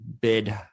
bid